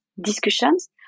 discussions